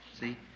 See